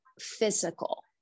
physical